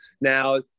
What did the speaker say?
Now